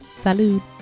Salud